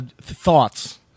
thoughts